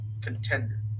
contender